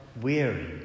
weary